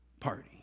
party